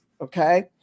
Okay